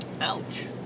Ouch